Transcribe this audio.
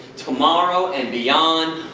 tomorrow and beyond.